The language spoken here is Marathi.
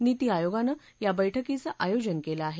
नीती आयोगानं या बैठकीचं आयोजन केलं आहे